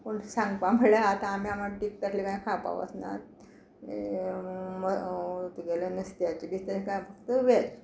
पूण सांगपा म्हळ्यार आतां आमी आमटतीक तातले कांय खावपाक वचनात तुगेले नस्त्याचे बी तशें कांय फक्त वेज